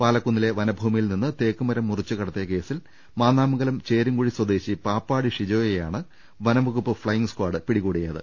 പാലക്കുന്നിലെ വനഭൂമിയിൽ നിന്നും തേക്കുമരം മുറിച്ചുകടത്തിയ കേസിൽ മാന്നാമംഗലം ചേരുംകുഴി സ്വദേശി പാപ്പാടി ഷിജോയെയാണ് വനം വകുപ്പ് ഫ്ളയിംഗ് സ്ക്വാഡ് പിടികൂടിയത്